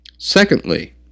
Secondly